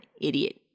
idiot